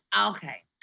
Okay